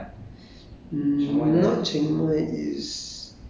is called is part of isan ah part of isan